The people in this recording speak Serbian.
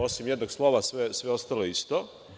Osim jednog slova, sve ostalo je isto.